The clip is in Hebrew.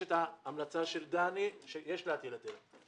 יש את ההמלצה של דני שיש להטיל היטל.